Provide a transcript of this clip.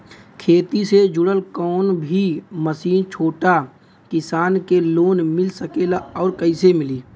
खेती से जुड़ल कौन भी मशीन छोटा किसान के लोन मिल सकेला और कइसे मिली?